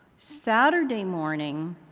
saturday morning,